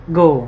go